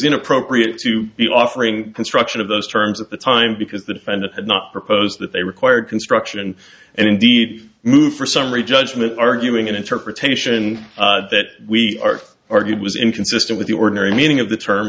inappropriate to be offering construction of those terms of the time because the defendant did not propose that they required construction and indeed move for summary judgment arguing an interpretation that we are argued was inconsistent with the ordinary meaning of the term